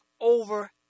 over